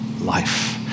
life